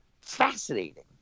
fascinating